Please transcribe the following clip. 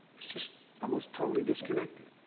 it's just almost totally disconnected.